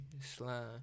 Slime